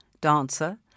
dancer